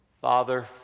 Father